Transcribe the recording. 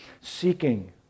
seeking